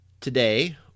today